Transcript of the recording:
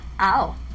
Ow